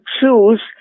choose